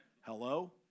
Hello